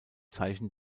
zeichen